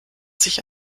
sich